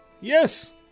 Yes